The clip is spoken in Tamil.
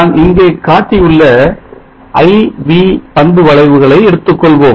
நான் இங்கே காட்டியுள்ள I V பண்பு வளைவுகளை எடுத்துக்கொள்வோம்